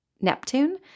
Neptune